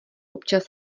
občas